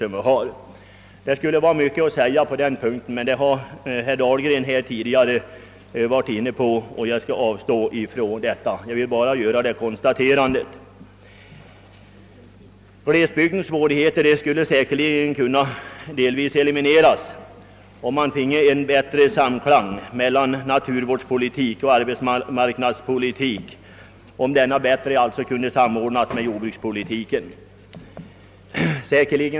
Mycket skulle kunna sägas på den punkten, men herr Dahlgren har varit inne på dessa frågor, och jag skall avstå från att beröra dem närmare. Jag vill endast konstatera att glesbygdernas svårigheter delvis skulle kunna elimineras om vi finge en bättre samklang mellan å ena sidan naturvårdspolitik och arbetsmarknadspolitik och å andra sidan jordbrukspolitik.